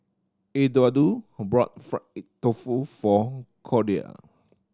Eduardo brought fried tofu for Cordia